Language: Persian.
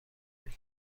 بکش